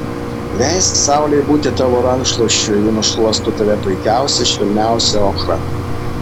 leisk saulei būti tavo rankšluosčiu ji nušluosto tave puikiausia švelniausia ochra